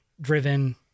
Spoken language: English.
driven